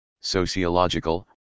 sociological